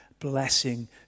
blessing